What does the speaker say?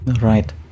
right